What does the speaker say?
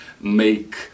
make